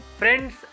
friends